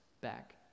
back